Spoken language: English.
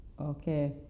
okay